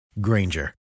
Granger